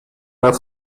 بعد